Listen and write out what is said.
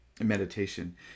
meditation